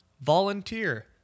Volunteer